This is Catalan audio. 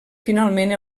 finalment